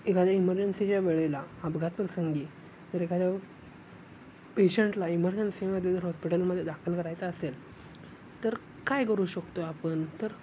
एखाद्या इमर्जन्सीच्या वेळेला अपघात प्रसंगी जर एखाद्या पेशंटला इमर्जन्सीमध्ये जर हॉस्पिटलमध्ये दाखल करायचा असेल तर काय करू शकतो आपण तर